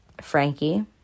Frankie